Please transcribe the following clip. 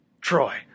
Troy